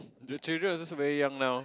the children also so very young now